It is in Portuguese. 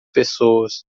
pessoas